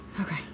Okay